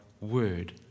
word